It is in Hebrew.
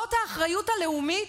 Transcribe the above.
זאת האחריות הלאומית?